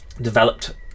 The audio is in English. developed